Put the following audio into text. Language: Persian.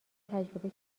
تجربه